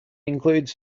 includes